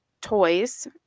toys